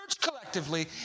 collectively